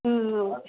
ಹ್ಞೂ ಹೌದ್